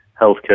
healthcare